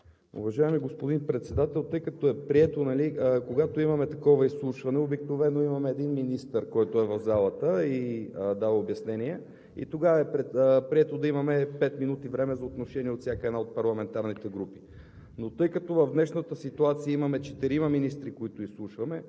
Уважаеми господин Председател, тъй като е прието, когато имаме такова изслушване, обикновено имаме един министър, който е в залата и дава обяснение. Тогава е прието да имаме пет минути време за отношение от всяка една от парламентарните групи.